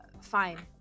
Fine